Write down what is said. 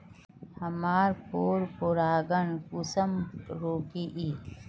हमार पोरपरागण कुंसम रोकीई?